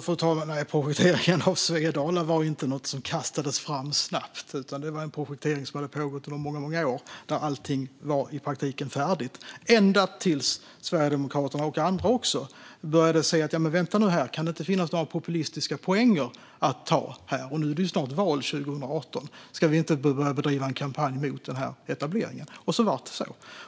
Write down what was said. Fru talman! Nej, projekteringen av Svedala var inte något som snabbt kastades fram, utan det var en projektering som hade pågått under många, många år. Allting var i praktiken färdigt när Sverigedemokraterna och andra började tänka: Men vänta nu. Kan det inte finnas några populistiska poänger att ta här och nu? Det är ju snart val, 2018. Ska vi inte bedriva en kampanj mot denna etablering? Det var så